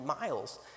miles